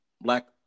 black